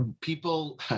people